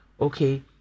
okay